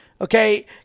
Okay